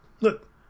Look